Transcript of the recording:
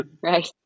Right